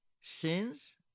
sins